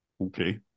Okay